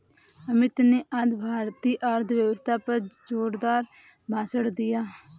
अमित ने आज भारतीय अर्थव्यवस्था पर जोरदार भाषण दिया